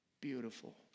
beautiful